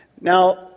Now